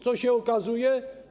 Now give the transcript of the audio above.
Co się okazuje?